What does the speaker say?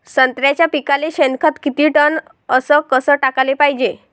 संत्र्याच्या पिकाले शेनखत किती टन अस कस टाकाले पायजे?